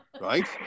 Right